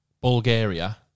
Bulgaria